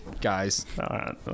guys